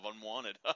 Unwanted